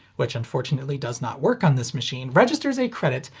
which unfortunately does not work on this machine, registers a credit,